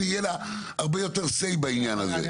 אם יהיה לה הרבה יותר say בעניין הזה.